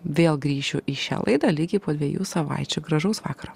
vėl grįšiu į šią laidą lygiai po dviejų savaičių gražaus vakaro